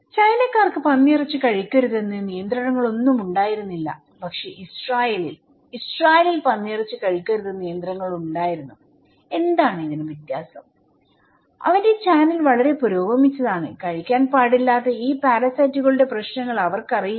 ചൈനക്കാർക്ക് പന്നിയിറച്ചി കഴിക്കരുതെന്ന് നിയന്ത്രണങ്ങളൊന്നും ഉണ്ടായിരുന്നില്ല പക്ഷേ ഇസ്രായേലിൽ ഇസ്രായേലിൽ പന്നിയിറച്ചി കഴിക്കരുതെന്ന് നിയന്ത്രണങ്ങളുണ്ടായിരുന്നു എന്തിനാണ് വ്യത്യാസം അവന്റെ ചാനൽ വളരെ പുരോഗമിച്ചതാണ് കഴിക്കാൻ പാടില്ലാത്ത ഈ പാരസൈറ്റുകളുടെപ്രശ്നങ്ങൾ അവർക്കറിയില്ല